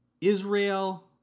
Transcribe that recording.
Israel